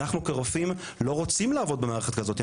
אנחנו כרופאים לא רוצים לעבוד במערכת כזאתי,